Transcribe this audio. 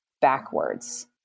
backwards